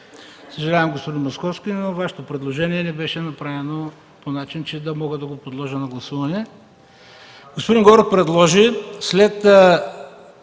Уважаеми господин Московски, съжалявам, но Вашето предложение не беше направено по начин, че да мога да го подложа на гласуване. Господин Горов предложи след